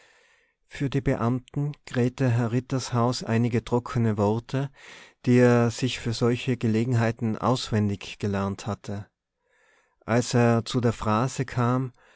für die beamten krähte herr rittershaus einige trockene worte die er sich für solche gelegenheiten auswendiggelernt hatte als er zu der phrase kam